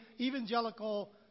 evangelical